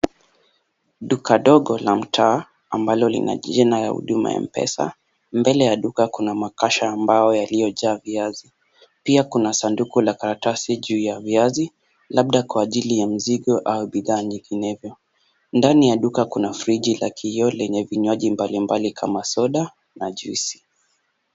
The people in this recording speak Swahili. Duka dogo la mtaa ambalo lina jina ya huduma ya Mpesa. Mbele ya duka kuna makasha ambayo yaliyo jaa viazi. Pia kuna sanduku la karatasi juu ya viazi, labda kwa ajili ya mizigo au bidhaa nyinginezo. Ndani ya duka kuna friji la vioo lenye vinywaji mbali mbali kama soda na (juice).